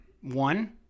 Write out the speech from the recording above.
One